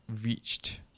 reached